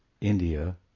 India